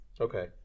Okay